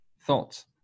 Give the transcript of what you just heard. thoughts